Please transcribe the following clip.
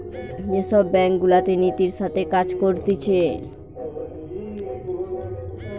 যে সব ব্যাঙ্ক গুলাতে নীতির সাথে কাজ করতিছে